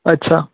अच्छा